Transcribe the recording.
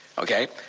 ok?